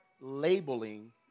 labeling